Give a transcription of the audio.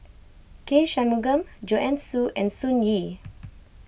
K Shanmugam Joanne Soo and Sun Yee